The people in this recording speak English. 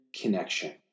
connection